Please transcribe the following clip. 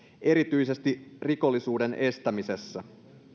erityisesti rikollisuuden estämisessä